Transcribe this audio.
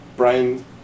Brian